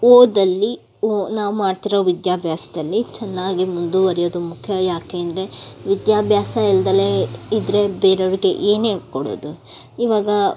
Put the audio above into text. ಓದಲ್ಲಿ ನಾವು ಮಾಡ್ತಿರೋ ವಿದ್ಯಾಭ್ಯಾಸದಲ್ಲಿ ಚೆನ್ನಾಗಿ ಮುಂದುವರೆಯೋದು ಮುಖ್ಯ ಯಾಕೆ ಅಂದರೆ ವಿದ್ಯಾಭ್ಯಾಸ ಇಲ್ದೇ ಇದ್ದರೆ ಬೇರೆಯವರಿಗೆ ಏನು ಹೇಳ್ಕೊಡೋದು ಇವಾಗ